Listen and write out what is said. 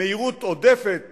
מהירות עודפת